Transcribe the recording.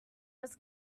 was